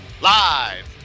Live